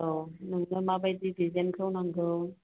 औ नोंनो माबादि दिजेनखौ नांगौ